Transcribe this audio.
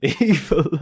evil